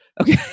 okay